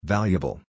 Valuable